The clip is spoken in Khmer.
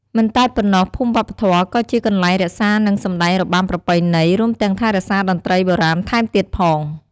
មិនតែប៉ុណ្ណោះភូមិវប្បធម៌ក៏ជាកន្លែងរក្សានិងសម្តែងរបាំប្រពៃណី រួមទាំងថែរក្សាតន្រ្តីបុរាណថែមទៀតផង។